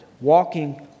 walking